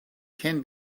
can